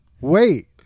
Wait